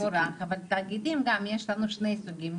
זה מבורך, אבל תאגידים גם יש לנו שני סוגים.